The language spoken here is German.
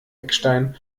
eckstein